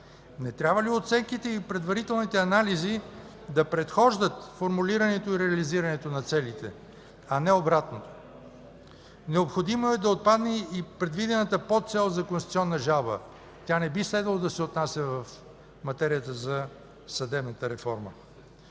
Не трябва ли оценките и предварителните анализи да предхождат формулирането и реализирането на целите, а не обратното? Необходимо е да отпадне и предвидената подцел за конституционна жалба. Тя не би следвало да се отнася в материята за съдебната реформа.